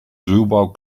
ruwbouw